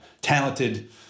talented